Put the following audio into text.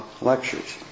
lectures